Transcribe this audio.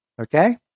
Okay